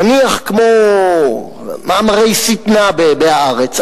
נניח כמו מאמרי שטנה ב"הארץ",